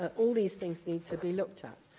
ah all these things need to be looked at.